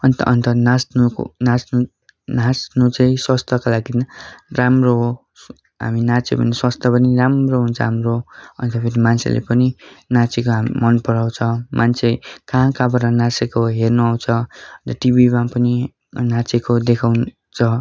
अन्त अन्त नाच्नुको नाच्नु नाच्नु चाहिँ स्वास्थ्यकोलागिन् राम्रो हो हामी नाच्यो भने स्वास्थ्य पनि राम्रो हुन्छ हाम्रो अन्त फेरि मान्छेले पनि नाचेको हामी मनपराउँछ मान्छे कहाँ कहाँबाट नाचेको हेर्नु आउँछ र टिभीमा पनि नाचेको देखाउँछ